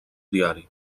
diari